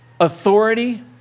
authority